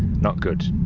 not good.